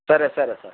సరే సరే సార్